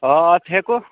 آ اَتھ ہٮ۪کو